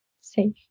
safe